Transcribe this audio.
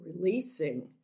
releasing